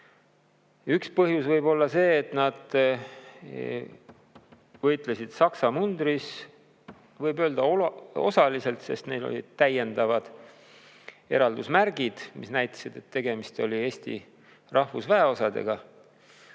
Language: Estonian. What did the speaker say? Üks põhjus võib olla see, et nad võitlesid Saksa mundris. Võib öelda osaliselt [Saksa mundris], sest neil olid täiendavad eraldusmärgid, mis näitasid, et tegemist oli Eesti rahvusväeosadega.